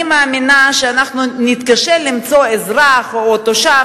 אני מאמינה שאנחנו נתקשה למצוא אזרח או תושב